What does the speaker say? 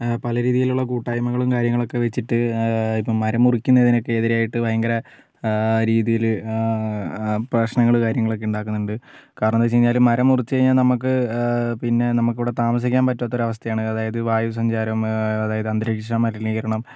പല രീതിയിലുള്ള കൂട്ടായ്മ്കളും കാര്യങ്ങളുമൊക്കെ വെച്ചിട്ട് ഇപ്പം മരം മുറിക്കുന്നതിനൊക്കെ എതിരായിട്ട് ഭയങ്കര രീതിയില് പ്രശ്നങ്ങള് കാര്യങ്ങളൊക്കെ ഉണ്ടാക്കുന്നുണ്ട് കാരണം എന്ന് വെച്ച് കഴിഞ്ഞാല് മരം മുറിച്ച് കഴിഞ്ഞാല് നമുക്ക് പിന്നെ നമുക്ക് ഇവിടെ താമസിക്കാൻ പറ്റാത്തൊരു അവസ്ഥ ആണ് അതായത് വായു സഞ്ചാരം അതായത് അന്തരീക്ഷ മലിനീകരണം